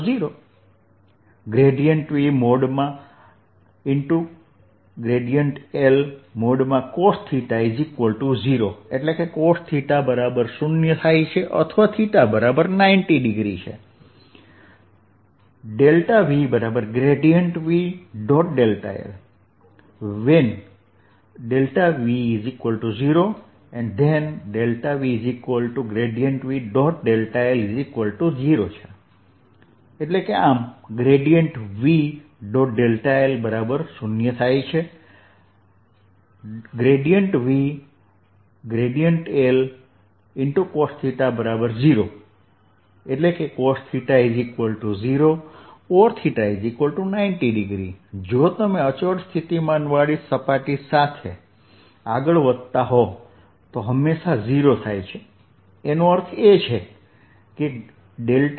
l0 ∴Vlcosθ0 એટલે કે cosθ0 અથવા θ90o જો તમે અચળ સ્થિતિમાનવાળી સપાટી સાથે આગળ વધતા હો તો હંમેશા 0 એનો અર્થ એ કે VV